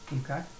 Okay